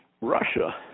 Russia